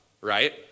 right